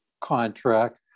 contract